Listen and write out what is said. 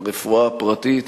לרפואה הפרטית,